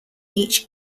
each